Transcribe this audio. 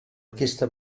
aquesta